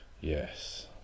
Yes